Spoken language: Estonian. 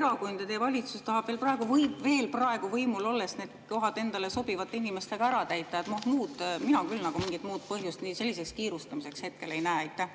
erakond ja teie valitsus tahab praegu veel võimul olles need kohad endale sobivate inimestega täita? Mina küll mingit muud põhjust selliseks kiirustamiseks ei näe.